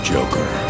Joker